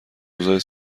روزای